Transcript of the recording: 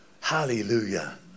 Hallelujah